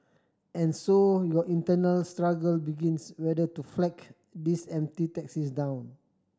and so your internal struggle begins whether to flag these empty taxis down